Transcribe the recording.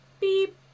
beep